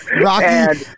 Rocky